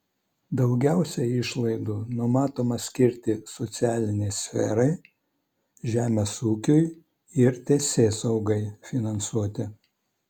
daugiausiai išlaidų numatoma skirti socialinei sferai žemės ūkiui ir teisėsaugai finansuoti